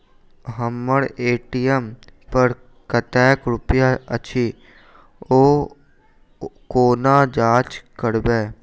हम्मर ए.टी.एम पर कतेक रुपया अछि, ओ कोना जाँच करबै?